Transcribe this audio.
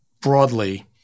broadly